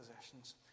possessions